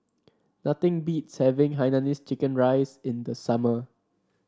nothing beats having Hainanese Chicken Rice in the summer